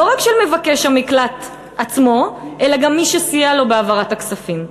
לא רק של מבקש המקלט עצמו אלא גם מי שסייע לו בהעברת הכספים.